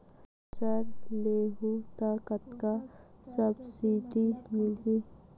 Thresher लेहूं त कतका सब्सिडी मिलही?